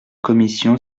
commission